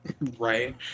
Right